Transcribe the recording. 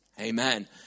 Amen